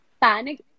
panic